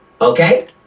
Okay